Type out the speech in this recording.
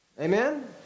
amen